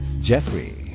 Jeffrey